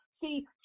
See